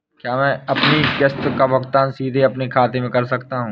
क्या मैं अपनी किश्त का भुगतान सीधे अपने खाते से कर सकता हूँ?